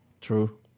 True